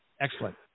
Excellent